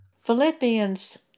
Philippians